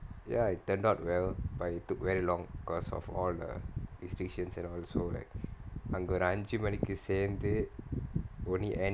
ya it turned out well but it took very long because of all the restrictions and also like அங்க ஒரு அஞ்சி மணிக்கு சேந்து:anga oru anji manikki saenthu only ended